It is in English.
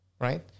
right